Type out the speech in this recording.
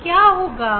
तब क्या होगा